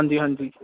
ਹਾਂਜੀ ਹਾਂਜੀ